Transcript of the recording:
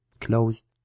closed